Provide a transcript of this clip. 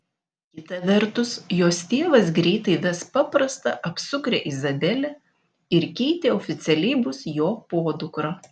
kita vertus jos tėvas greitai ves paprastą apsukrią izabelę ir keitė oficialiai bus jo podukra